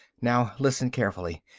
now listen carefully,